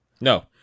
No